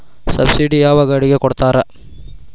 Subsidy ಯಾವ ಗಾಡಿಗೆ ಕೊಡ್ತಾರ?